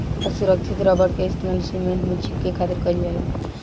असुरक्षित रबड़ के इस्तेमाल सीमेंट में चिपके खातिर कईल जाला